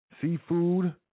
Seafood